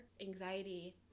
anxiety